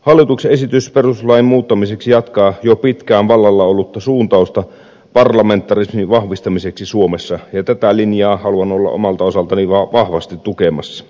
hallituksen esitys perustuslain muuttamiseksi jatkaa jo pitkään vallalla ollutta suuntausta parlamentarismin vahvistamiseksi suomessa ja tätä linjaa haluan olla omalta osaltani vahvasti tukemassa